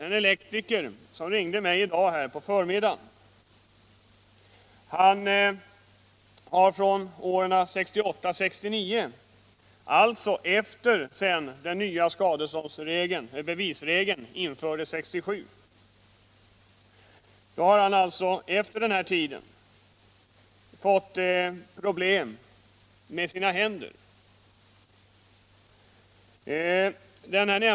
En elektriker, som ringde mig i dag på förmiddagen, har från åren 1968 och 1969 — alltså efter det att den nya bevisregeln infördes 1967 — fått problem med sina händer.